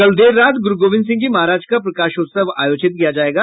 कल देर रात गुरू गोविंद सिंह जी महाराज का प्रकाशोत्सव आयोजित किया जायेगा